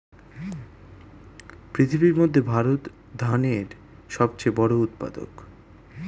পৃথিবীর মধ্যে ভারত ধানের সবচেয়ে বড় উৎপাদক